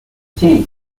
change